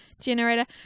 generator